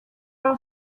are